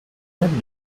nette